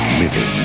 living